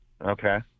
Okay